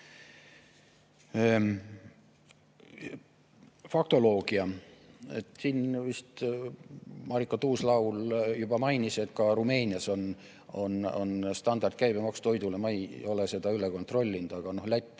Faktoloogia. Siin vist Marika Tuus-Laul juba mainis, et ka Rumeenias on standardkäibemaks toidule. Ma ei ole seda üle kontrollinud, aga nii